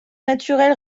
naturel